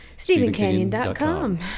StephenCanyon.com